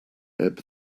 ebb